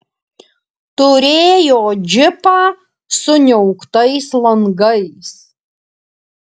turėjo džipą su niauktais langais